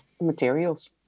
materials